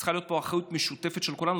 צריכה להיות פה אחריות משותפת של כולנו.